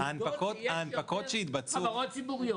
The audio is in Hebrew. העובדות הם שיש יותר חברות ציבוריות